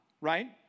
Right